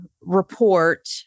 report